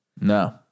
No